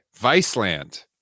Viceland